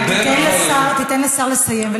תיתן לשר לסיים,